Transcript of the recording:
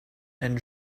and